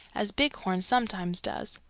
as bighorn sometimes does,